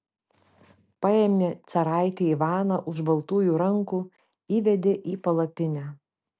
paėmė caraitį ivaną už baltųjų rankų įvedė į palapinę